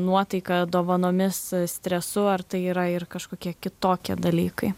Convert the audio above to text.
nuotaika dovanomis stresu ar tai yra ir kažkokie kitokie dalykai